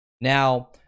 Now